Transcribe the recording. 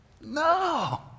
No